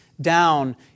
down